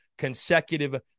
consecutive